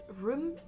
Room